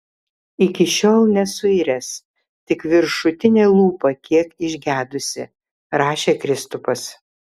iki šiol nesuiręs tik viršutinė lūpa kiek išgedusi rašė kristupas